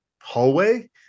hallway